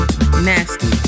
Nasty